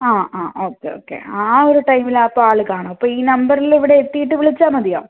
ആ ആ okay okay ആ ഒരു ടൈമിൽ അപ്പോൾ ആളു കാണും അപ്പോൾ ഈ നമ്പറിൽ ഇവിടെ എത്തിയിട്ട് വിളിച്ചാൽ മതിയോ